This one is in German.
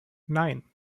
nein